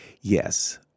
yes